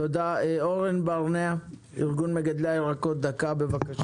תודה, אורן ברנע, ארגון מגדלי הירקות, דקה בבקשה.